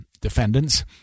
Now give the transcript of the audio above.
defendants